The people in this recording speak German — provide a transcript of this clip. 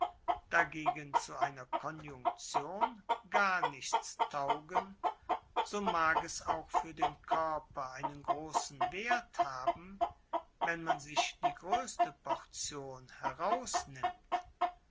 dagegen zu einer conjunktion gar nichts taugen so mag es auch für den körper einen großen werth haben wenn man sich die größte portion herausnimmt